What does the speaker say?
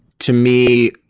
to me,